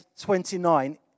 29